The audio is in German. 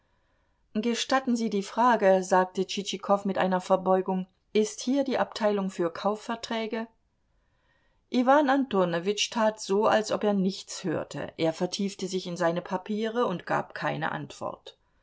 gestatten sie die frage sagte tschitschikow mit einer verbeugung ist hier die abteilung für kaufverträge iwan antonowitsch tat so als ob er nichts hörte er vertiefte sich in seine papiere und gab keine antwort